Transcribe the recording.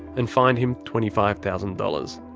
and fined him twenty five thousand dollars.